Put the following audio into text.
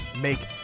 make